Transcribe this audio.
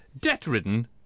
debt-ridden